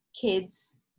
kids